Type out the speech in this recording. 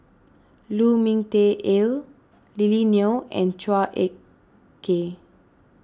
Lu Ming Teh Earl Lily Neo and Chua Ek Kay